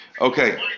Okay